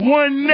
one